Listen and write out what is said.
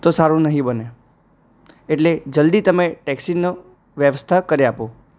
તો સારું નહીં બને એટલે જલ્દી તમે ટેક્સીનો વ્યવસ્થા કરી આપો